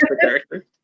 character